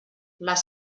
les